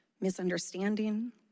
misunderstanding